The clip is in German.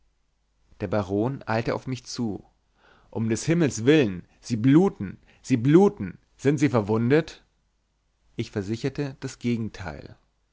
der baron eilte auf mich zu um des himmels willen sie bluten sie bluten sie sind verwundet ich versicherte das gegenteil